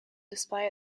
display